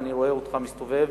ואני רואה אותך מסתובב,